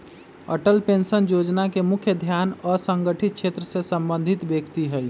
Atal pension Yojana के मुख्य ध्यान असंगठित क्षेत्र से संबंधित व्यक्ति हइ